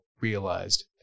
realized